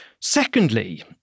Secondly